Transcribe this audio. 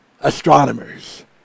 astronomers